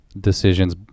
decisions